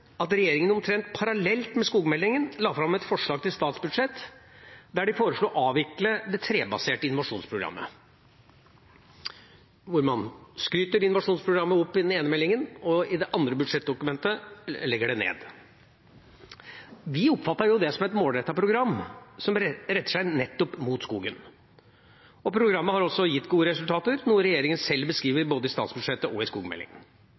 at regjeringa omtrent parallelt med skogmeldinga la fram et forslag til statsbudsjett der de foreslo å avvikle det trebaserte innovasjonsprogrammet. Man skryter innovasjonsprogrammet opp i det ene, i meldinga, men i det andre, i budsjettdokumentet, legger man det ned. Vi oppfattet det som et målrettet program som retter seg nettopp mot skogen. Programmet har også gitt gode resultater, noe regjeringa sjøl beskriver både i statsbudsjettet og i